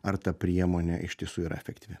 ar ta priemonė iš tiesų yra efektyvi